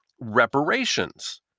reparations